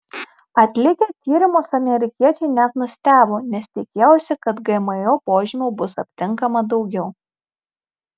atlikę tyrimus amerikiečiai net nustebo nes tikėjosi kad gmo požymių bus aptinkama daugiau